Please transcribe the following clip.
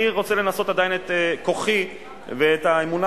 אני עדיין רוצה לנסות את כוחי ואת האמונה